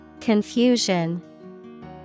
Confusion